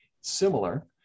Similar